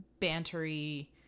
bantery